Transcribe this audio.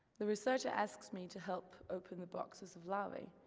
the researcher asks me to help open the boxes of larvae,